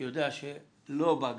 יודע שלא בא.